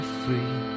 free